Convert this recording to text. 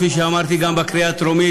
כפי שאמרתי גם בקריאה הטרומית,